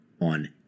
on